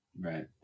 right